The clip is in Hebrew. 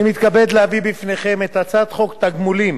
אני מתכבד להביא בפניכם את הצעת חוק תגמולים